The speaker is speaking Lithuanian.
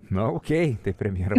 nu okei tai premjera